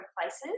places